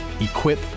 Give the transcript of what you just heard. equip